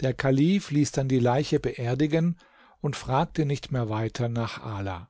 der kalif ließ dann die leiche beerdigen und fragte nicht mehr weiter nach ala